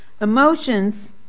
Emotions